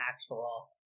actual